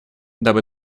дабы